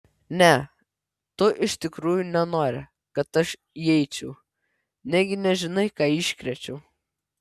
ne tu iš tikrųjų nenori kad aš įeičiau negi nežinai ką iškrėčiau